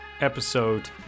episode